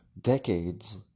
decades